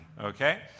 okay